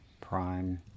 Prime